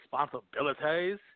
responsibilities